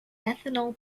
ethanol